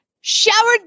showered